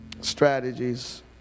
strategies